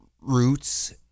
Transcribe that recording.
roots